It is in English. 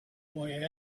boy